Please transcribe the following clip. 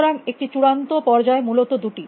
সুতরাং একটি চূড়ান্ত পর্যায় মূলত দুটি